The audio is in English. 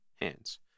hands